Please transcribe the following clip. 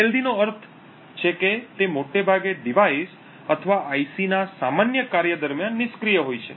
stealthy નો અર્થ છે તે મોટે ભાગે ડિવાઇસ અથવા આઈસી ના સામાન્ય કાર્ય દરમિયાન નિષ્ક્રીય હોય છે